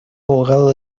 abogado